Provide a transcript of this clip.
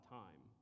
time